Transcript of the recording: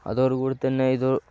അതോടുകൂടെത്തന്നെ ഇതു